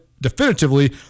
definitively